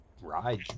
ride